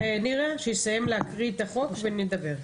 נסיים את הקראת החוק ונדבר.